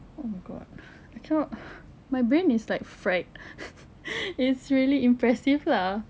oh my god uh I cannot uh my brain is like fried it's really impressive lah